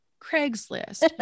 Craigslist